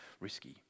risky